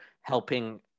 helping